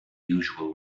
unusual